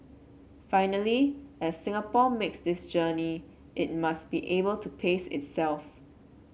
finally as Singapore makes this journey it must be able to pace itself